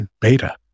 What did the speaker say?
beta